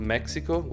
Mexico